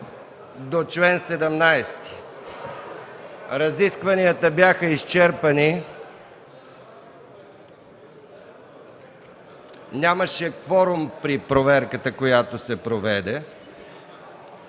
кодекс. Разискванията бяха изчерпани. Нямаше кворум при проверката, която се проведе,